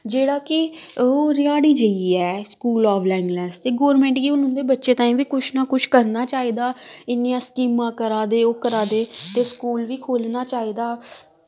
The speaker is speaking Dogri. जेह्ड़ा कि रिहाड़ी जाइयै ऐ स्कूल ऑफ लाईमलैस्स ते गौरमैंट गी उंदे बच्चें तांईं बी कुछ न कुछ करना चाहिदा इन्नियां स्कीमां करा दे ओ करा दे ते स्कूल बी खोह्ल्लना चाहिदा